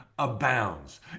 abounds